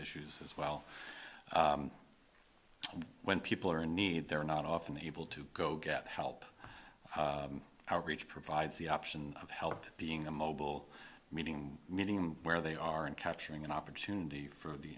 issues as well when people are in need they're not often able to go get help outreach provides the option of help being a mobile meeting meeting where they aren't capturing an opportunity for the